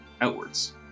outwards